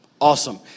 Awesome